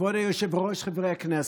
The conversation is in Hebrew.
כבוד היושב-ראש, חברי הכנסת,